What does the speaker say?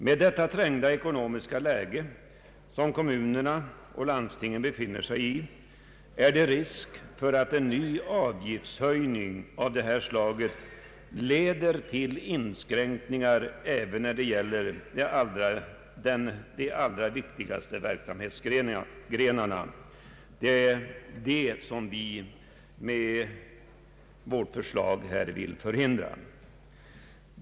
Med det trängda ekonomska läge som kommunerna och landstingen befinner sig i, är det risk för att en ny avgiftshöjning av detta slag leder till inskränkningar även för de allra viktigaste verksamhetsgrenarna. Det är det som vi med vårt förslag vill förhindra.